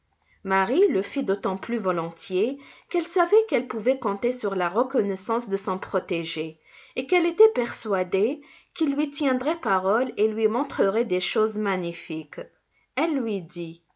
marie le fit d'autant plus volontiers qu'elle savait qu'elle pouvait compter sur la reconnaissance de son protégé et qu'elle était persuadée qu'il lui tiendrait parole et lui montrerait des choses magnifiques elle lui dit